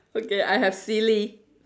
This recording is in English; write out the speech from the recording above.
okay I have silly